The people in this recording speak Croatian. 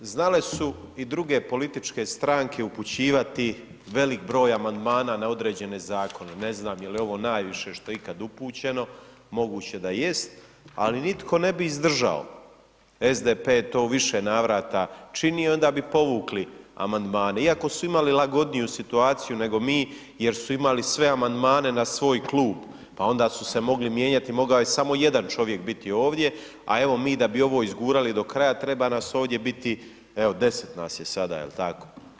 Znale su i druge političke stranke upućivati veliki broj amandmana na određene zakone, ne znam je li ovo najviše što je ikad upućeno, moguće da jest, ali nitko ne bi izdržao, SDP je to u više navrata činio, onda bi povukli amandmane iako su imali lagodniju situaciju nego mi jer su imali sve amandmane na svoj klub, pa onda su se mogli mijenjati, mogao je samo jedan čovjek biti ovdje, a evo mi da bi ovo izgurali do kraja treba nas ovdje biti, evo 10 nas je sada jel tako?